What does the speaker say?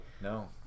No